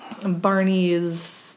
Barney's